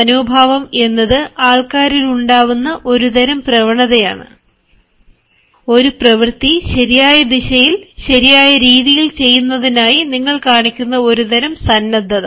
മനോഭാവം എന്നത് ആൾക്കാരിൽ ഉണ്ടാവുന്ന ഒരു തരം പ്രവണതയാണ് ഒരു പ്രവൃത്തി ശരിയായ ദിശയിൽ ശരിയായ രീതിയിൽ ചെയ്യുന്നതിനായി നിങ്ങൾ കാണിക്കുന്ന ഒരുതരം സന്നദ്ധത